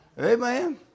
Amen